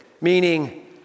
meaning